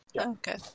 okay